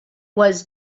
was